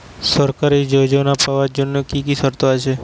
সরকারী যোজনা পাওয়ার জন্য কি কি শর্ত আছে?